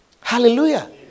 Hallelujah